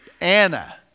Anna